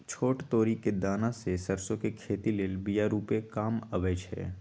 छोट तोरि कें दना से सरसो के खेती लेल बिया रूपे काम अबइ छै